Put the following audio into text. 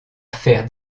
faire